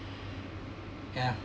ya